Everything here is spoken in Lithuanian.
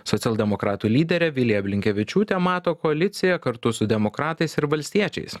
socialdemokratų lyderė vilija blinkevičiūtė mato koaliciją kartu su demokratais ir valstiečiais